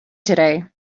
today